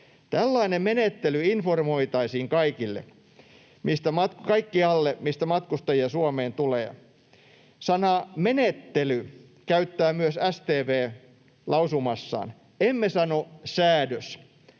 Tällainen menettely informoitaisiin kaikkialle, mistä matkustajia Suomeen tulee. Sanaa ”menettely” käyttää myös StV lausumassaan. Emme sano ”säädös”.